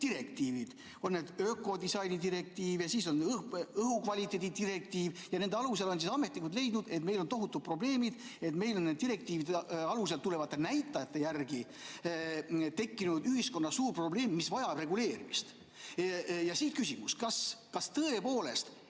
direktiivid. On ökodisaini direktiiv ja on õhukvaliteedi direktiiv ja nende alusel on ametnikud leidnud, et meil on tohutud probleemid, meil on direktiivist tulenevate näitajate järgi tekkinud ühiskonnas suur probleem, mis vajab reguleerimist. Ja siit küsimus: kas tõepoolest